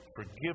Forgive